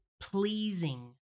pleasing